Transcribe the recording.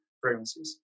fragrances